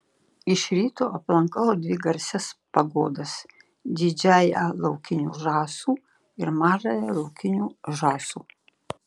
iš ryto aplankau dvi garsias pagodas didžiąją laukinių žąsų ir mažąją laukinių žąsų